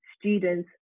students